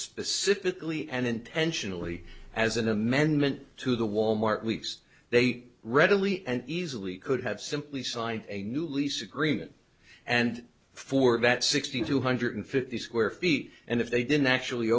specifically and intentionally as an amendment to the wal mart we yes they readily and easily could have simply signed a new lease agreement and for that sixty two hundred fifty square feet and if they didn't actually